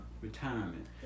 retirement